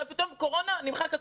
ופתאום באה הקורונה והכול נמחק.